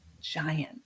giant